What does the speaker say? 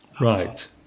Right